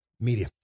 Media